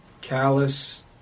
callous